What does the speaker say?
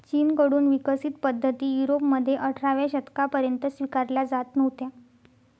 चीन कडून विकसित पद्धती युरोपमध्ये अठराव्या शतकापर्यंत स्वीकारल्या जात नव्हत्या